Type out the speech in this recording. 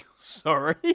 sorry